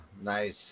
nice